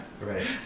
right